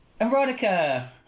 erotica